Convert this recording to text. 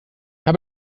habe